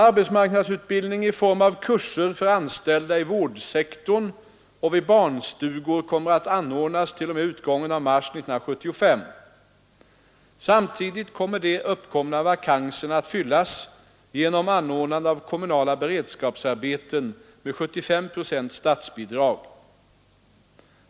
Arbetsmarknadsutbildning i form av kurser för anställda i vårdsektorn och vid barnstugor kommer att anordnas t.o.m. utgången av mars 1975. Samtidigt kommer de uppkomna vakanserna att fyllas genom anordnande av kommunala beredskapsarbeten med 75 procents statsbidrag.